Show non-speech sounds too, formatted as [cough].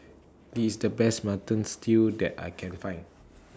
This The Best Mutton Stew that I Can Find [noise]